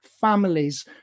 families